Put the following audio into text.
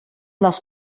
les